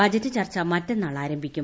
budget ചർച്ച മറ്റന്നാൾ ആരംഭിക്കും